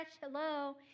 Hello